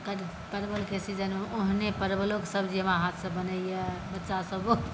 परवलके सीजनमे ओहने परवलोके सब्जी हमरा हाथसँ बनैए बच्चासभ